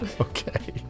okay